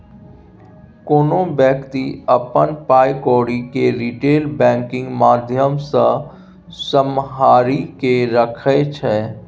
कोनो बेकती अपन पाइ कौरी केँ रिटेल बैंकिंग माध्यमसँ सम्हारि केँ राखै छै